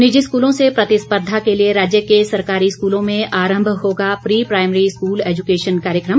निजी स्कूलों से प्रतिस्पर्धा के लिए राज्य के सरकारी स्कूलों में आरंभ होगा प्री प्राईमरी स्कूल एजुकेशन कार्यक्रम